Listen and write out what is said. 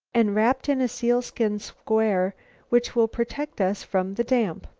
and wrapped in a sealskin square which will protect us from the damp.